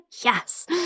Yes